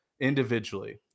individually